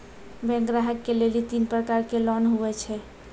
Bank ग्राहक के लेली तीन प्रकर के लोन हुए छै?